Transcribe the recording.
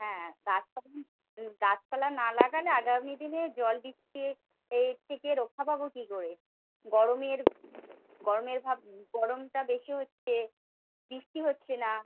হ্যাঁ গাছপালা হুম গাছপালা না লাগালে আগামী দিনে জল বৃষ্টি এ এর থেকে রক্ষা পাবো কী করে গরমের গরমের ভাব গরমটা বেশি হচ্ছে বৃষ্টি হচ্ছে না